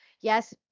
yes